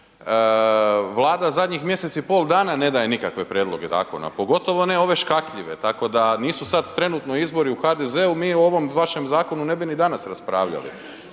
Vlada zadnjih mjesec i pol dana ne daje nikakve prijedloge zakona, pogotovo ne ove škakljive. Tako da nisu sad trenutno izbori u HDZ-u mi o ovom vašem zakonu ne bi ni danas raspravljali